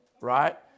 right